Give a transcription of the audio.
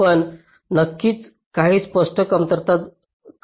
पण नक्कीच काही स्पष्ट कमतरता आहेत